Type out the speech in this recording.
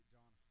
John